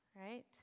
right